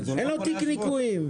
אין לו תיק ניכויים.